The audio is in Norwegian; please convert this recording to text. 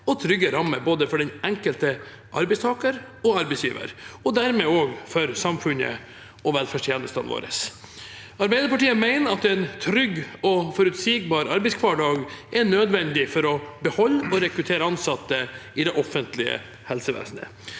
og trygge rammer, både for den enkelte arbeidstaker og for arbeidsgiver, og dermed også for samfunnet og velferdstjenestene våre. Arbeiderpartiet mener at en trygg og forutsigbar arbeidshverdag er nødvendig for å beholde og rekruttere ansatte i det offentlige helsevesenet.